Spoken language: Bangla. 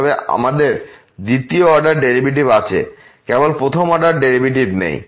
তবে আমাদের দ্বিতীয় অর্ডার ডেরিভেটিভ আছে কেবল প্রথম অর্ডারই নেই